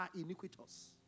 iniquitous